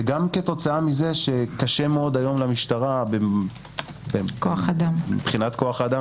וגם כתוצאה מזה שקשה מאוד היום למשטרה מבחינת כוח האדם